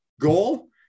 goal